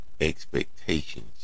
expectations